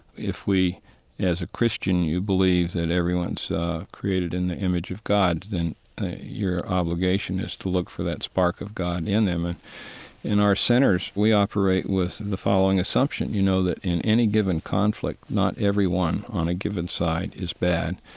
if we as a christian you believe that everyone's created in the image of god, then your obligation is to look for that spark of god in them. and in our centers, we operate with the following assumption, you know, that in any given conflict, not everyone on a given side is bad.